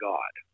God